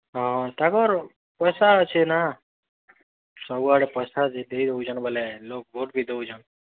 ହଁ ତାକର୍ ପଇସା ଅଛି ନା ସବୁଆଡ଼େ ପଇସା ଯେତେ ଦେଉଛନ୍ ବୋଲେ ଲୋକ୍ ଭୋଟ୍ ବି ଦେଉଛନ୍